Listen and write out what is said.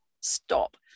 stop